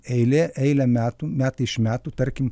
eilė eilę metų metai iš metų tarkim